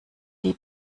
sie